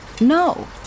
no